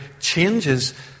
changes